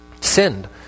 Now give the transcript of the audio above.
sinned